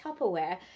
tupperware